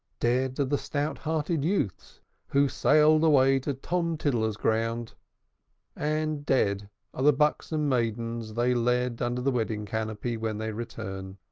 dead are the stout-hearted youths who sailed away to tom tiddler's ground and dead are the buxom maidens they led under the wedding canopy when they returned.